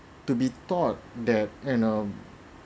to be thought that and um